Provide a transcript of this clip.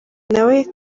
nawe